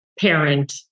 Parent